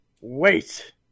Wait